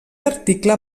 article